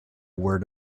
word